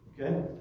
Okay